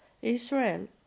Israel